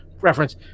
reference